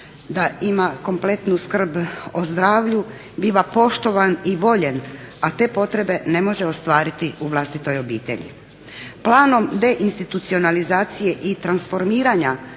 da ima kompletnu skrb o zdravlju, biva poštovan i voljena, a te potrebe ne može ostvariti u vlastitoj obitelji. Planom deinstitucionalizacije i transformiranja